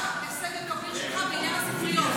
ספר אם אתה יכול על ההישג הכביר שלך בעניין הספריות.